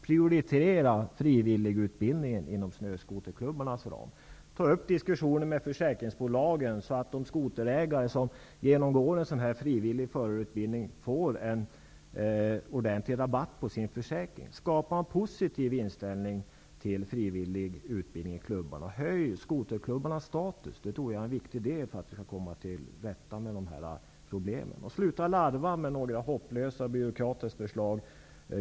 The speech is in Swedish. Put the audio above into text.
Prioritera frivilligutbildningen inom snöskoterklubbarnas ram. Ta upp diskussionen med försäkringsbolagen så att de skoterägare som genomgår en frivillig förarutbildning får en ordentlig rabatt på sin försäkring. Skapa en positiv inställning till frivillig utbildning i klubbarna. Höj skoterklubbarnas status; det tror jag är viktigt för att man skall komma till rätta med problemen. Sluta med att föra fram några hopplösa byråkraters förslag.